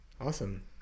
Awesome